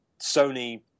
Sony